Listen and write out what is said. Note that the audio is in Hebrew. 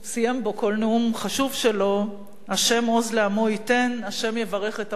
חשוב שלו: "ה' עוז לעמו ייתן ה' יברך את עמו בשלום".